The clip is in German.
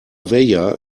vella